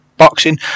Boxing